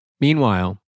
Meanwhile